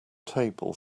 table